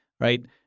right